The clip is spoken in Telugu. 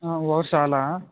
ఒకటి చాలా